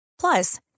Plus